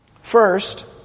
First